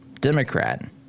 Democrat